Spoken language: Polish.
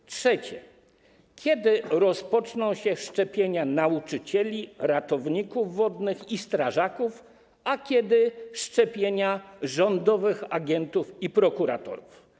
Po trzecie, kiedy rozpoczną się szczepienia nauczycieli, ratowników wodnych i strażaków, a kiedy szczepienia rządowych agentów i prokuratorów?